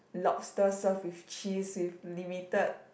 lobster served with cheese with limited